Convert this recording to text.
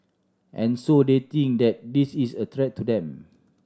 and so they think that this is a threat to them